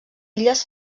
illes